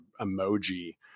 emoji